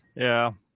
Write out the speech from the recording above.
yeah.